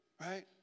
right